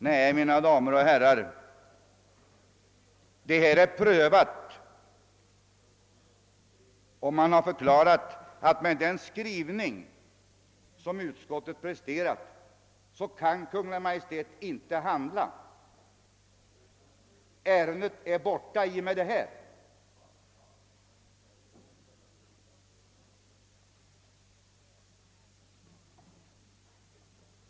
Nej, mina damer och herrar, nu har man förklarat att Kungl. Maj:t inte kan handla till följd av den skrivning utskottet presterat, och därmed är ärendet borta.